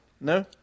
No